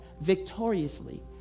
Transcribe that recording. victoriously